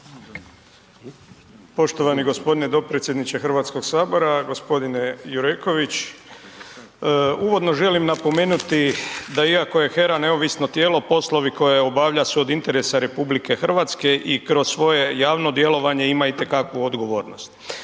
Poštovani gospodine dopredsjedniče Hrvatskog sabora, gospodine Jureković. Uvodno želim napomenuti da iako je HERA neovisno tijelo poslovi koje obavlja su od interesa RH i kroz svoje javno djelovanje ima itekakvu odgovornost.